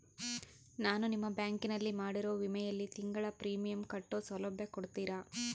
ನಾನು ನಿಮ್ಮ ಬ್ಯಾಂಕಿನಲ್ಲಿ ಮಾಡಿರೋ ವಿಮೆಯಲ್ಲಿ ತಿಂಗಳ ಪ್ರೇಮಿಯಂ ಕಟ್ಟೋ ಸೌಲಭ್ಯ ಕೊಡ್ತೇರಾ?